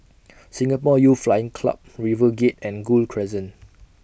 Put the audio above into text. Singapore Youth Flying Club RiverGate and Gul Crescent